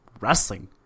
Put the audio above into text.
wrestling